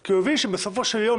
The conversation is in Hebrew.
כי הוא הבין שבסופו של יום,